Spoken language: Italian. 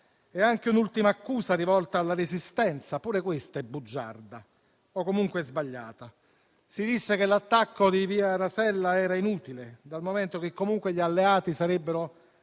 Anche un'ultima accusa venne rivolta alla Resistenza, pure questa bugiarda o comunque sbagliata: si disse che l'attacco di Via Rasella era inutile, dal momento che comunque gli alleati sarebbero